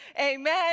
amen